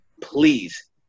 Please